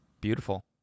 beautiful